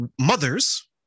mothers